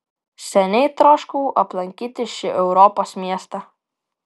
seniai troškau aplankyti šį europos miestą